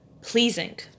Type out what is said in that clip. pleasing